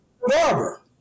barber